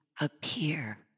appear